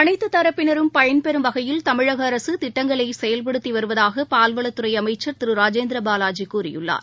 அனைத்துதரப்பினரும் பயன்பெறும் வகையில் தமிழகஅரசுதிட்டங்களைசெயல்படுத்திவருவதாகபால்வளத்துறைஅமைச்சர் திருராஜேந்திரபாவாஜிகூறியுள்ளார்